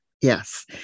Yes